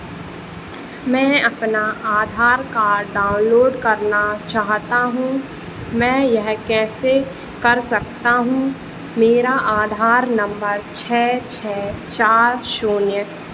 मैं अपना Aadhaar card download करना चाहता हूँ मैं यह कैसे कर सकता हूँ मेरा आधार नंबर छः छः चार शून्य